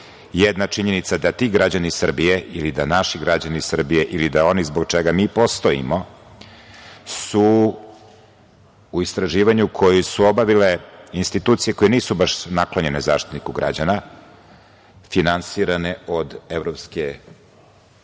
jedna činjenica da ti građani Srbije ili da naši građani Srbije ili da oni zbog čega mi postojimo su u istraživanju koje su obavile institucije koje nisu baš naklonjene Zaštitniku građana, finansirane od